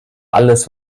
alles